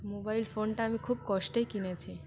mobile ফোনটা আমি খুব কষ্টে কিনেচি